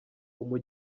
umu